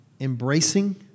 embracing